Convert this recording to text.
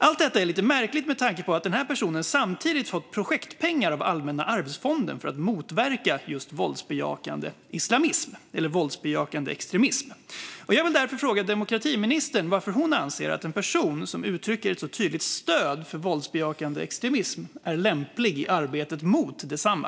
Allt detta är lite märkligt med tanke på att den här personen samtidigt fått projektpengar av Allmänna arvsfonden för att motverka våldsbejakande islamism eller våldsbejakande extremism. Jag vill därför fråga demokratiministern varför hon anser att en person som uttrycker ett så tydligt stöd för våldsbejakande extremism är lämplig i arbetet mot detsamma.